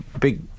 big